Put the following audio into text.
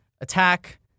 Attack